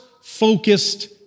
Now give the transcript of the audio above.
focused